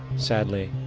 sadly,